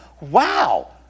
Wow